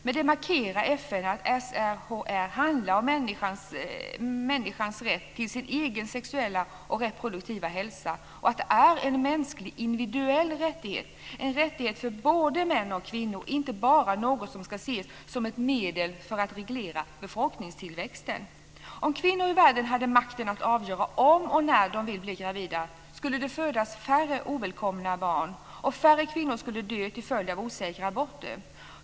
Med det markerar FN att SRHR handlar om människans rätt till sin egen sexuella och reproduktiva hälsa och att det är en mänsklig individuell rättighet, en rättighet för både kvinnor och män, och inte bara något som ska ses som ett medel att reglera befolkningstillväxten. Om kvinnor i världen hade makten att avgöra om och när de vill bli gravida skulle det födas färre ovälkomna barn, och färre kvinnor skulle dö till följd av osäkra aborter.